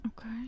Okay